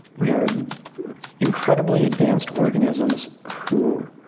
we are incredibly advanced organisms who